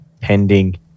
pending